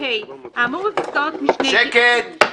" האמור בפסקאות משנה" --- שקט.